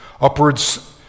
Upwards